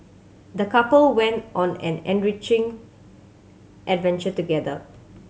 the couple went on an enriching adventure together